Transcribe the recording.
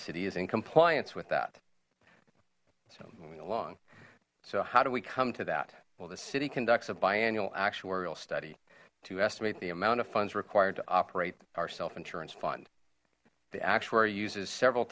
is in compliance with that along so how do we come to that well the city conducts a biannual actuarial study to estimate the amount of funds required to operate our self insurance fund the actuary uses several